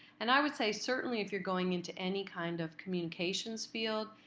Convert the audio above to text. and i would say certainly if you're going into any kind of communications field,